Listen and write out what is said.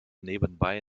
nebenbei